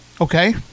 okay